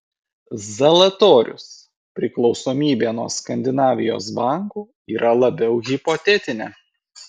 zalatorius priklausomybė nuo skandinavijos bankų yra labiau hipotetinė